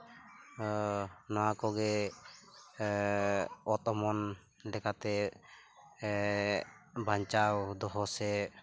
ᱱᱚᱣᱟ ᱠᱚᱜᱮ ᱚᱛ ᱚᱢᱚᱱ ᱞᱮᱠᱟᱛᱮ ᱵᱟᱧᱪᱟᱣ ᱫᱚᱦᱚ ᱥᱮ